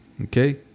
okay